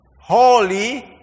holy